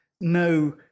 no